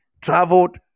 traveled